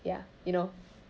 ya you know